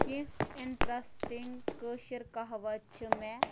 کیٚنہہ اِنٹرسٹِنگ کٲشِر کَہاوَتھ چھِ مےٚ